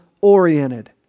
oriented